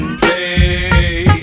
play